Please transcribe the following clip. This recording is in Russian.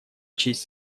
честь